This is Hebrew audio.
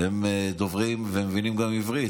הם דוברים והם מבינים גם עברית,